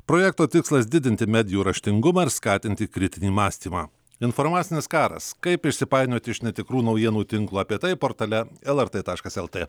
projekto tikslas didinti medijų raštingumą ir skatinti kritinį mąstymą informacinis karas kaip išsipainioti iš netikrų naujienų tinklo apie tai portale lrt taškas lt